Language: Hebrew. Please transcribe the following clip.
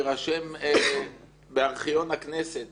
יירשם בארכיון הכנסת